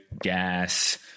gas